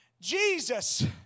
Jesus